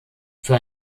für